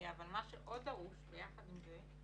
אבל מה שפה דרוש יחד עם זה,